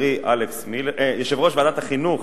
חברי אלכס מילר, יושב-ראש ועדת החינוך,